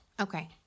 okay